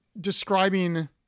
describing